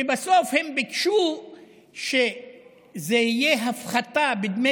ובסוף הם ביקשו שזאת תהיה הפחתה בדמי